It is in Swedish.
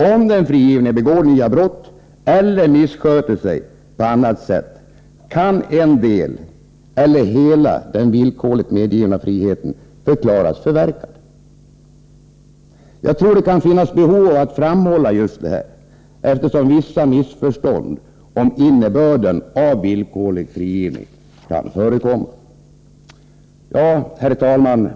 Om den frigivne begår nya brott eller missköter sig på annat sätt kan en del eller hela den villkorligt medgivna friheten förklaras förverkad. Jag tror det kan finnas behov av att framhålla just detta, eftersom vissa missförstånd om innebörden av villkorlig frigivning kan förekomma. Herr talman!